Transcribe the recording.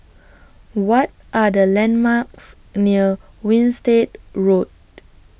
What Are The landmarks near Winstedt Road